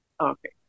Okay